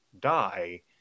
die